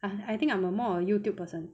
and I think I'm a more Youtube person